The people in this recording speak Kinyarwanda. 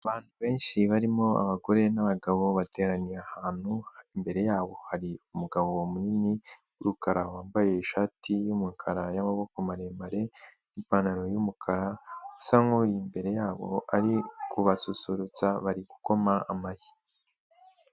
Abantu benshi barimo abagore n'abagabo, bateraniye ahantu, imbere yabo hari umugabo munini wumukara wambaye ishati yumukara y'amaboko maremare n'ipantaro y'umukara, usa n'uri imbere yabo, ari kubasusurutsa, bari gukoma amashyi.